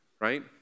right